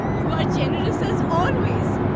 you are generous as always.